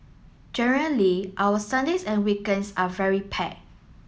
generally our Sundays and weekends are very packed